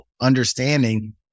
understanding